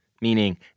meaning